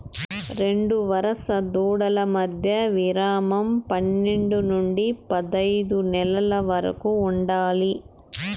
రెండు వరుస దూడల మధ్య విరామం పన్నేడు నుండి పదైదు నెలల వరకు ఉండాలి